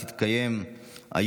הישיבה הבאה תתקיים היום,